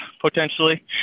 potentially